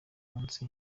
munsi